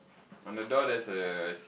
on the door there's a